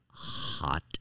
hot